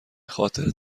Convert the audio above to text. خاطر